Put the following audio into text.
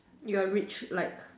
you are rich like